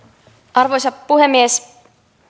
arvoisa puhemies